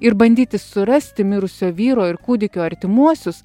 ir bandyti surasti mirusio vyro ir kūdikio artimuosius